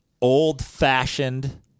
old-fashioned